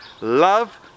Love